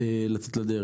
ולצאת לדרך.